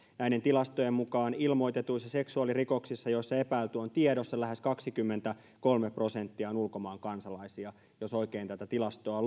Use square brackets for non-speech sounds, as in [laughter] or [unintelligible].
näiden tilastojen mukaan ilmoitetuissa seksuaalirikoksissa joissa epäilty on tiedossa lähes kaksikymmentäkolme prosenttia on ulkomaan kansalaisia jos luin tätä tilastoa [unintelligible]